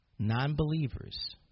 Non-believers